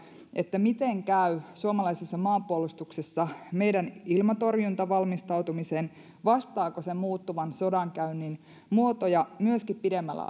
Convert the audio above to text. että miten käy suomalaisessa maanpuolustuksessa meidän ilmatorjuntavalmistautumisen vastaako se muuttuvan sodankäynnin muotoihin myöskin pidemmällä